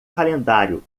calendário